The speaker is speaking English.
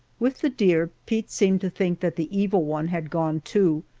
with the deer, pete seemed to think that the evil one had gone, too,